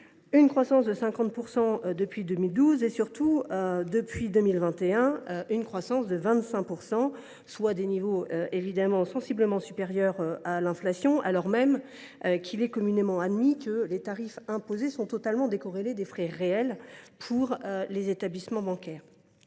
une croissance de 50 % depuis 2012 et, surtout, de 25 % depuis 2021, soit des niveaux sensiblement supérieurs à l’inflation, alors même qu’il est communément admis que les tarifs imposés sont totalement décorrélés des frais réels engagés par les établissements bancaires.